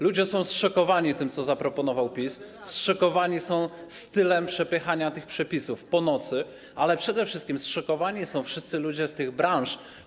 Ludzie są zszokowani tym, co zaproponował PiS, zszokowani są stylem przepychania tych przepisów po nocy, ale przede wszystkim zszokowani są wszyscy ludzie z tych branż.